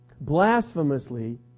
blasphemously